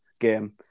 game